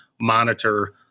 monitor